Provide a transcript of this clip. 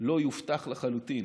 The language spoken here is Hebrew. לא יובטח לחלוטין